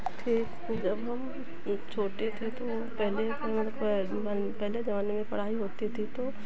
ठीक जब हम छोटे थे तो पहले तौर पर बन पहले ज़माने में पढ़ाई होती थी तो